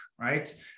right